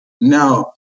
now